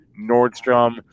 Nordstrom